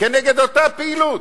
כנגד אותה פעילות,